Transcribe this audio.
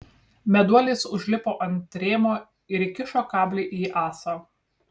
meduolis užlipo ant rėmo ir įkišo kablį į ąsą